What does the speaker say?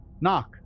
knock